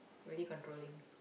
really controlling